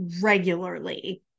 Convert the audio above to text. regularly